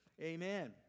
amen